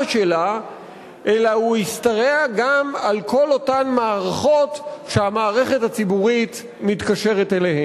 שלה אלא ישתרע גם על כל אותן מערכות שהמערכת הציבורית מתקשרת עמן.